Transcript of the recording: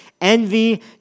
envy